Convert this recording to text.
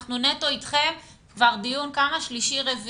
אנחנו נטו אתכם כבר דיון שלישי-רביעי,